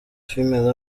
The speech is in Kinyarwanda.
female